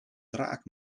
draak